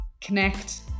connect